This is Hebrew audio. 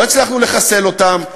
לא הצלחנו לחסל אותם,